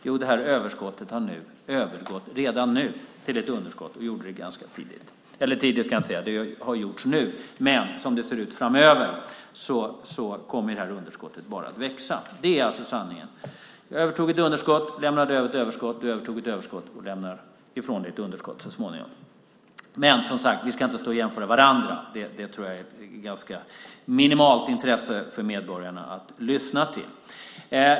Jo, det här överskottet har redan nu övergått till ett underskott. Som det ser ut framöver kommer underskottet bara att växa. Det är sanningen. Jag övertog ett underskott och lämnade över ett överskott. Du övertog ett överskott och lämnar ifrån dig ett underskott så småningom. Men, som sagt, vi ska inte stå och jämföra varandra. Det tror jag att det finns minimalt intresse hos medborgarna att lyssna till.